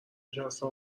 نشسته